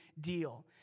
deal